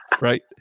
right